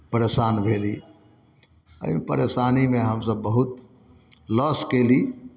परेशान भेली एहि परेशानीमे हमसभ बहुत लॉस कयली